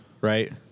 right